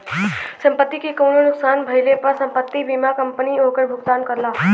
संपत्ति के कउनो नुकसान भइले पर संपत्ति बीमा कंपनी ओकर भुगतान करला